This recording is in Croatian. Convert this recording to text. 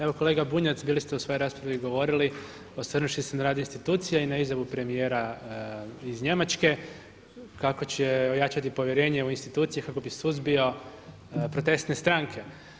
Evo kolega Bunjac, bili ste u svojoj raspravi govorili osvrnuši se na rad institucija i na izjavu premijera iz Njemačke kako će jačati povjerenje u institucije kako bi suzbio protestne stranke.